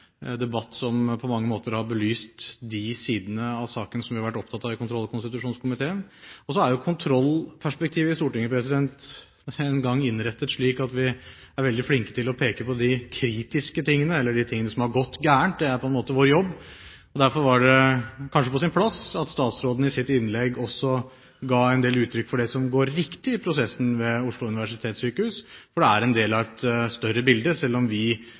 debatt som på mange måter har belyst de sidene av saken som vi har vært opptatt av i kontroll- og konstitusjonskomiteen. Og så er nå kontrollperspektivet i Stortinget engang slik innrettet at vi er veldig flinke til å peke på de kritiske tingene, eller de tingene som har gått galt – det er på en måte vår jobb. Derfor var det kanskje på sin plass at statsråden i sitt innlegg også ga uttrykk for det som går riktig i prosessen ved Oslo universitetssykehus, for det er en del av et større bilde, selv om vi